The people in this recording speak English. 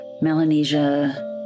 Melanesia